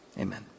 amen